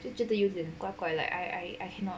just 觉得有一点怪怪 I cannot